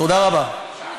תודה רבה.